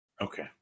Okay